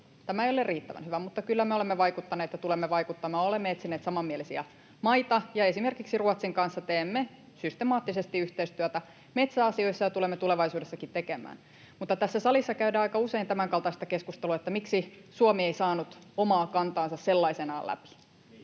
Tämä ei ole riittävän hyvä, mutta kyllä me olemme vaikuttaneet ja tulemme vaikuttamaan. Olemme etsineet samanmielisiä maita, ja esimerkiksi Ruotsin kanssa teemme systemaattisesti yhteistyötä metsäasioissa ja tulemme tulevaisuudessakin tekemään. Tässä salissa käydään aika usein tämänkaltaista keskustelua, että miksi Suomi ei saanut omaa kantaansa sellaisenaan läpi.